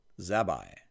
Zabai